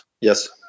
Yes